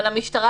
אבל המשטרה,